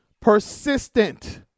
persistent